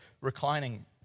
reclining